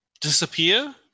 disappear